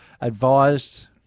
advised